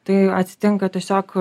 tai atsitinka tiesiog